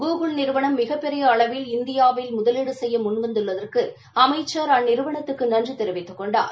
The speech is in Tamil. கூகுல் நிறுவனம் மிகப்பெரிய அளவில் இந்தியாவில்முதலீடு செய்ய முன் வந்துள்ளதற்கு அமைச்சர் அந்நிறுவனத்துக்கு நன்றி தெரிவித்துக் கொண்டார்